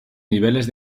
niveles